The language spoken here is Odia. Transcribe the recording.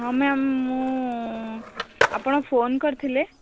ହଁ ମ୍ୟାମ୍ ମୁଁ ଆପଣ ଫୋନ୍ କରିଥିଲେ